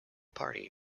party